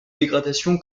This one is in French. dégradation